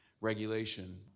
regulation